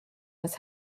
was